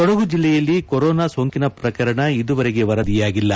ಕೊಡಗು ಜಿಲ್ಲೆಯಲ್ಲಿ ಕೊರೊನಾ ಸೋಂಕಿನ ಪ್ರಕರಣ ಇದುವರೆಗೆ ವರದಿಯಾಗಿಲ್ಲ